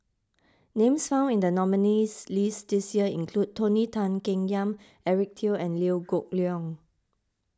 names found in the nominees' list this year include Tony Tan Keng Yam Eric Teo and Liew Geok Leong